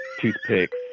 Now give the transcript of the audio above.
toothpicks